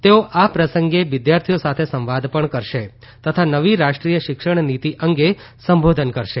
તેઓ આ અપ્રસંગે વિદ્યાર્થીઓ સાથે સંવાદ પણ કરશે તથા નવી રાષ્ટ્રીય શિક્ષણનીતી અંગે સંબોધન કરશે